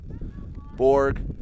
Borg